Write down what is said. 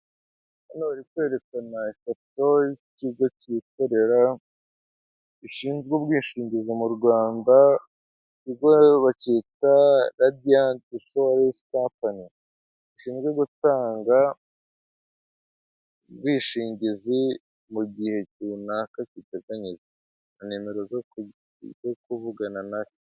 Hano bari kwerekana ifoto y'ikigo cyikorera gishinzwe ubwishingizi mu Rwanda iki kigo rero bakita radiant inshuwarensi kampani nge gutanga ubwishingizi mu gihe runaka giteganyijwe naemerwa rwo kuvugana nayo.